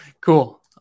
Cool